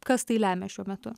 kas tai lemia šiuo metu